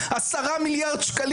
על מה שצריך לעשות כדי להשלים את הפערים